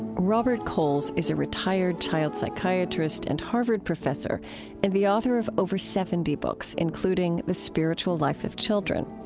robert coles is a retired child psychiatrist and harvard professor and the author of over seventy books, including the spiritual life of children.